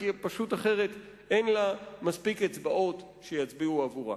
כי פשוט אחרת אין לה מספיק אצבעות שיצביעו עבורה.